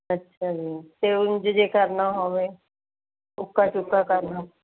ਅੱਛਾ ਜੀ ਅਤੇ ਉਂਝ ਜੇ ਕਰਨਾ ਹੋਵੇ ਉੱਕਾ ਚੁੱਕਾ ਕਰਨਾ